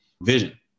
vision